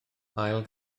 ail